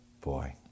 Boy